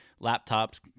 laptops